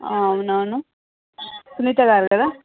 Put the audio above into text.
అవునవును సునీతగారు కదా